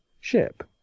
ship